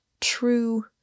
true